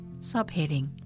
Subheading